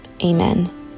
amen